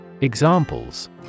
Examples